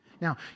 Now